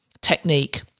technique